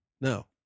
No